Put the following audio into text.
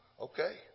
Okay